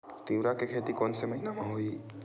तीवरा के खेती कोन से महिना म होही?